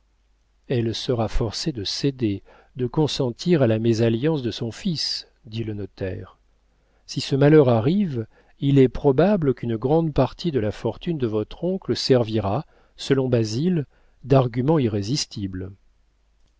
elle sera forcée de céder de consentir à la mésalliance de son fils dit le notaire si ce malheur arrive il est probable qu'une grande partie de la fortune de votre oncle servira selon basile d'argument